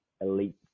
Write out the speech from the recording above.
elite